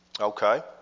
Okay